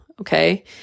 okay